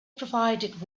provided